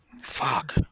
Fuck